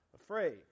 afraid